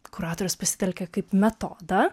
kuratorius pasitelkė kaip metodą